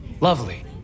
Lovely